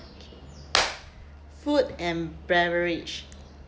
food and beverage